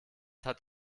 hat